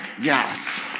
Yes